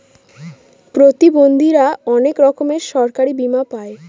প্রতিবন্ধীরা অনেক রকমের সরকারি বীমা পাই